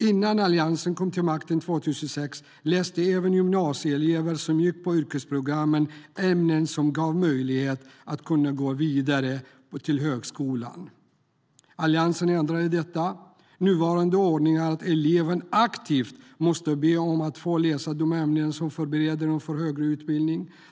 Innan Alliansen kom till makten 2006 läste även gymnasieelever som gick på yrkesprogrammen ämnen som gav möjlighet att gå vidare till högskolan. Alliansen ändrade detta. Nuvarande ordning är att eleven aktivt måste be om att få läsa de ämnen som förbereder dem för högre utbildningar.